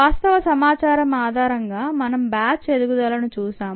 వాస్తవ సమాచారం ఆధారంగా మనము బ్యాచ్ ఎదుగుదలను చూశాం